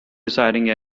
deciding